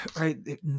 Right